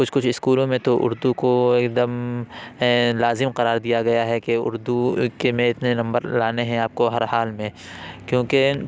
کچھ کچھ اسکولوں میں تو اردو کو ایک دم لازم قرار دیا گیا ہے کہ اردو کے میں اتنے نمبر لانے ہیں آپ کو ہر حال میں کیوںکہ